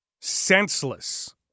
senseless